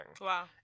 Wow